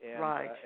Right